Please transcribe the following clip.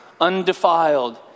undefiled